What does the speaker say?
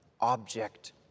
object